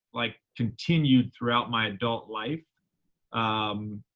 like, continued throughout my adult life um,